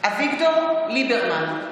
אביגדור ליברמן,